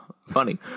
Funny